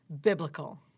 Biblical